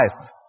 Life